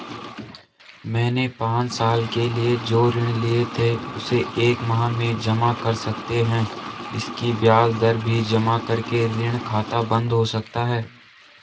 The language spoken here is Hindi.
मैंने पांच साल के लिए जो ऋण लिए थे उसे एक माह में जमा कर सकते हैं इसकी ब्याज दर भी जमा करके ऋण खाता बन्द हो सकता है?